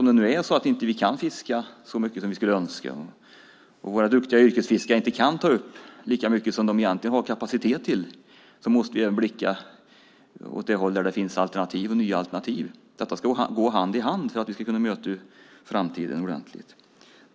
Om det nu är så att vi inte kan fiska så mycket som vi skulle önska och våra duktiga yrkesfiskare inte kan ta upp så mycket som de egentligen har kapacitet till måste vi även blicka åt de håll där det finns nya alternativ. Detta måste gå hand i hand för att vi ska kunna möta framtiden ordentligt.